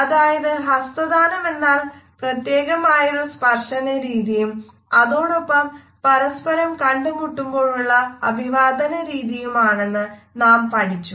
അതായത് ഹസ്തദാനമെന്നാൽ പ്രത്യേകമായൊരു സ്പർശനരീതിയും അതോടൊപ്പം പരസ്പരം കണ്ടുമുട്ടുമ്പോഴുള്ള അഭിവാദനരീതിയുമാണെന്ന് നാം പഠിച്ചു